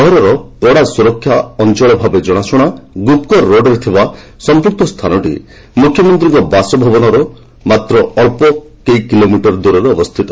ସହରର କଡ଼ା ସୁରକ୍ଷା ଅଞ୍ଚଳ ଭାବେ ଜଣାଶୁଣା ଗୁପକର ରୋଡ୍ରେ ଥବା ସଂପୂକ୍ତ ସ୍ଥାନଟି ମୁଖ୍ୟମନ୍ତ୍ରୀଙ୍କ ବାସଭବନର ମାତ୍ର ଅଳ୍ପ କିଲୋମିଟର ଦୂରରେ ଅବସ୍ଥିତ